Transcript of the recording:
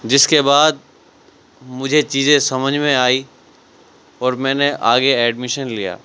جس کے بعد مجھے چیزیں سمجھ میں آئی اور میں نے آگے ایڈمیشن لیا